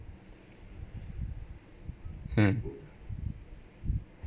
mm